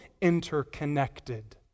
interconnected